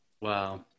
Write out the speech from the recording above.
Wow